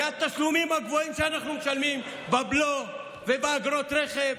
מהתשלומים הגבוהים שאנחנו משלמים בבלו ובאגרות רכב.